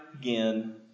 again